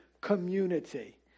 community